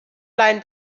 line